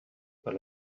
per